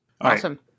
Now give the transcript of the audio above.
Awesome